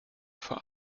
vor